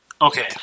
okay